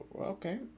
Okay